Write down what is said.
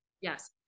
Yes